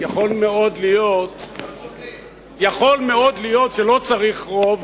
יכול מאוד להיות שלא צריך רוב